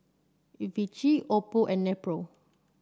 V Vichy Oppo and Nepro